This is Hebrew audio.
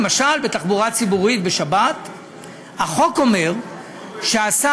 למשל, בתחבורה ציבורית בשבת החוק אומר שהשר